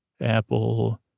apple